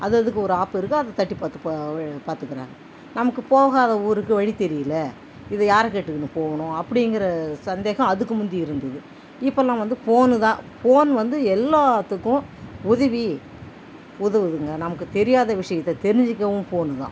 அது அதுக்கு ஒரு ஆப் இருக்குது அதை தட்டி பார்த்து பா பார்த்துக்குறாங்க நமக்கு போகாத ஊருக்கு வழி தெரியல இதை யாரை கேட்டுக்கினு போகணும் அப்படிங்கிற சந்தேகம் அதுக்கு முந்தி இருந்தது இப்போலாம் வந்து ஃபோனு தான் ஃபோன் வந்து எல்லாத்துக்கும் உதவி உதவுதுங்க நமக்கு தெரியாத விஷியத்தை தெரிஞ்சிக்கவும் ஃபோனு தான்